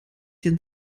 den